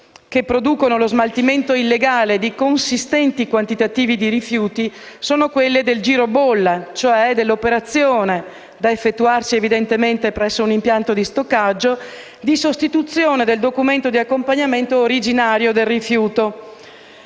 che producono lo smaltimento illegale di consistenti quantitativi di rifiuti sono quelle del cosiddetto giro bolla, cioè dell'operazione, da effettuarsi evidentemente presso un impianto di stoccaggio, di sostituzione del documento di accompagnamento originario del rifiuto,